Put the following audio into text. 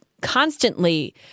constantly